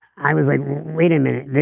i was like wait a minute.